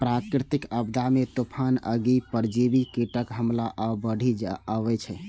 प्राकृतिक आपदा मे तूफान, आगि, परजीवी कीटक हमला आ बाढ़ि अबै छै